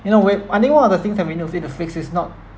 in a way one of the things that we need to need to fix is not